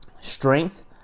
strength